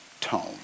tone